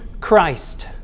Christ